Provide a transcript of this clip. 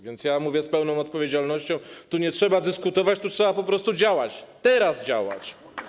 Więc mówię z pełną odpowiedzialnością: tu nie trzeba dyskutować, tu trzeba po prostu działać, teraz działać.